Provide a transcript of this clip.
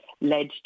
led